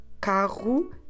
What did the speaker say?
carro